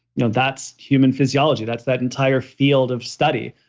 you know that's human physiology. that's that entire field of study.